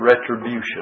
retribution